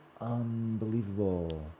unbelievable